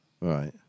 Right